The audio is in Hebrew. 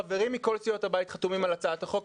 חברים מכל סיעות הבית חתומים על הצעת החוק הזאת.